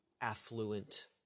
affluent